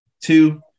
Two